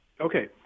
Okay